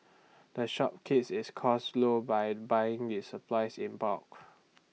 the shop keeps its costs low by buying its supplies in bulk